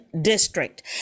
district